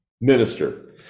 minister